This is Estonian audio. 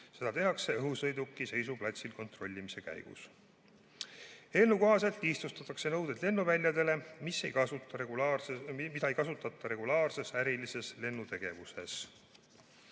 Seda tehakse õhusõiduki seisuplatsil kontrollimise käigus. Eelnõu kohaselt lihtsustatakse nõudeid lennuväljadele, mida ei kasutata regulaarses ärilises lennutegevuses.